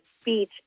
speech